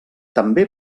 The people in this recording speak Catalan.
també